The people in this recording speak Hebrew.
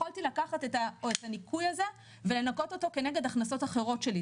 יכולתי לקחת את הניכוי הזה ולנכות אותו כנגד הכנסות אחרות שלי.